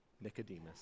Nicodemus